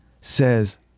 says